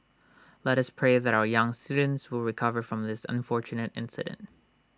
let us pray that our young students will recover from this unfortunate incident